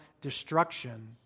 destruction